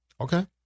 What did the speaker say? Okay